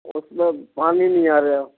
उसमें पानी नहीं आ रहा